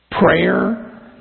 Prayer